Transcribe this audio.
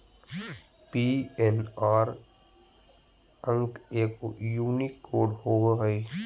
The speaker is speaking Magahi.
पी.एन.आर अंक एगो यूनिक कोड होबो हइ